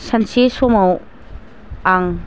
सानसे समाव आं